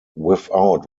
without